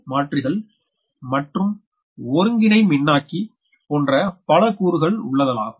மாற்றிகள் மட்டும் ஒருங்கிணை மின்னாக்கி போன்ற பல கூறுகள் உள்ளதலாகும்